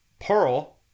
Pearl